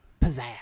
Pizzazz